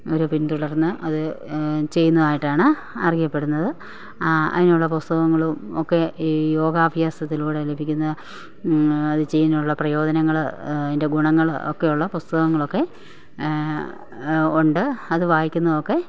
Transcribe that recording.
അവർ പിന്തുടർന്ന് അത് ചെയ്യുന്നതായിട്ടാണ് അറിയപ്പെടുന്നത് അതിനുള്ള പുസ്തകങ്ങളും ഒക്കെ ഈ യോഗാഭ്യാസത്തിലൂടെ ലഭിക്കുന്ന അതു ചെയ്യുന്നുള്ള പ്രയോജനങ്ങൾ അതിന്റെ ഗുണങ്ങൾ ഒക്കെയുള്ള പുസ്തകങ്ങളൊക്കെ ഉണ്ട് അതു വായിക്കുന്നതൊക്കെ